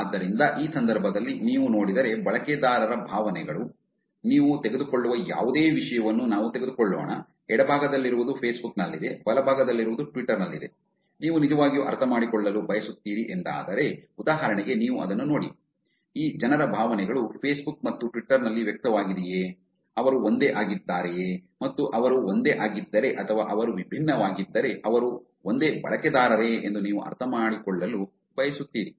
ಆದ್ದರಿಂದ ಈ ಸಂದರ್ಭದಲ್ಲಿ ನೀವು ನೋಡಿದರೆ ಬಳಕೆದಾರರ ಭಾವನೆಗಳು ನೀವು ತೆಗೆದುಕೊಳ್ಳುವ ಯಾವುದೇ ವಿಷಯವನ್ನು ನಾವು ತೆಗೆದುಕೊಳ್ಳೋಣ ಎಡಭಾಗದಲ್ಲಿರುವುದು ಫೇಸ್ಬುಕ್ ನಲ್ಲಿದೆ ಬಲಭಾಗದಲ್ಲಿರುವುದು ಟ್ವಿಟರ್ ನಲ್ಲಿದೆ ನೀವು ನಿಜವಾಗಿಯೂ ಅರ್ಥಮಾಡಿಕೊಳ್ಳಲು ಬಯಸುತ್ತೀರಿ ಎಂದಾದರೆ ಉದಾಹರಣೆಗೆ ನೀವು ಇದನ್ನು ನೋಡಿ ಈ ಜನರ ಭಾವನೆಗಳು ಫೇಸ್ಬುಕ್ ಮತ್ತು ಟ್ವಿಟರ್ ನಲ್ಲಿ ವ್ಯಕ್ತವಾಗಿದೆಯೇ ಅವರು ಒಂದೇ ಆಗಿದ್ದಾರೆಯೇ ಮತ್ತು ಅವರು ಒಂದೇ ಆಗಿದ್ದರೆ ಅಥವಾ ಅವರು ವಿಭಿನ್ನವಾಗಿದ್ದರೆ ಅವರು ಒಂದೇ ಬಳಕೆದಾರರೇ ಎಂದು ನೀವು ಅರ್ಥಮಾಡಿಕೊಳ್ಳಲು ಬಯಸುತ್ತೀರಿ